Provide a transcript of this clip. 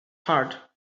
heart